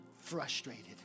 frustrated